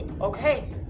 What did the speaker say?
Okay